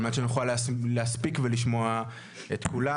על מנת שנוכל להספיק ולשמוע את כולם.